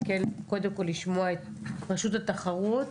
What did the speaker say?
אני רוצה להתקדם ולשמוע את רשות התחרות.